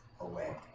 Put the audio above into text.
Away